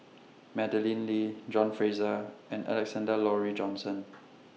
Madeleine Lee John Fraser and Alexander Laurie Johnston